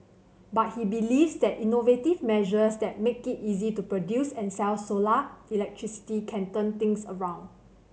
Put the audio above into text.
but he believes that innovative measures that make it easy to produce and sell solar electricity can turn things around